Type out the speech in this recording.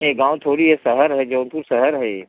नहीं गाँव थोड़ा है शहर जौनपुर शहर है ये